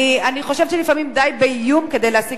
אני חושבת שלפעמים די באיום כדי להשיג